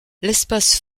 l’espace